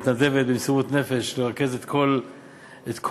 שמתנדבת במסירות נפש לרכז את כל התביעות,